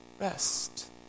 Rest